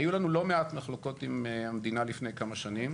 היו לנו לא מעט מחלוקות עם המדינה לפני כמה שנים.